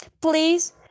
please